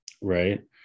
right